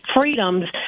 freedoms